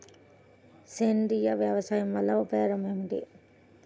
సేంద్రీయ వ్యవసాయం వల్ల ఉపయోగం ఏమిటి?